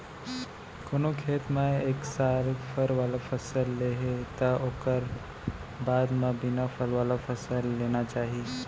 कोनो खेत म एक साल फर वाला फसल ले हे त ओखर बाद म बिना फल वाला फसल लेना चाही